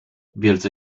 wielce